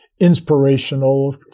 inspirational